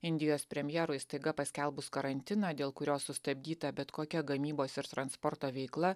indijos premjerui staiga paskelbus karantiną dėl kurio sustabdyta bet kokia gamybos ir transporto veikla